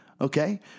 okay